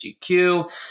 gq